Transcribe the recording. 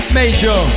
major